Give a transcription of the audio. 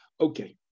Okay